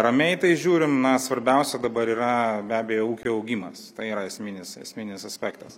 ramiai į tai žiūrim na svarbiausia dabar yra be abejo ūkio augimas tai yra esminis esminis aspektas